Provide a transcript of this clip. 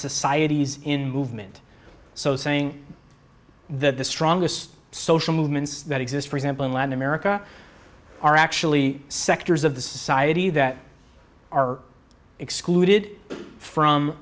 societies in movement so saying that the strongest social movements that exist for example in latin america are actually sectors of the society that are excluded from